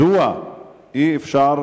מדוע לא נשקל,